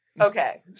Okay